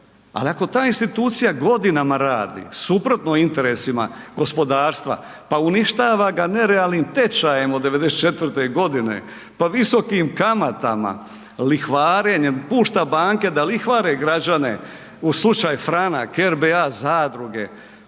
ali ako ta institucija godinama radi suprotno interesima gospodarstva, pa uništava ga nerealnim tečajem od '94. godine, pa visokim kamatama, lihvarenjem, pušta banke da lihvare građane u slučaj Franak, RBA zadruge